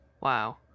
Wow